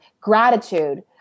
gratitude